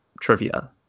trivia